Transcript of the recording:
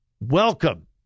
Welcome